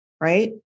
right